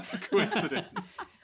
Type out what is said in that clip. coincidence